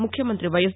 ముఖ్యమంతి వైఎస్